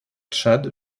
tchad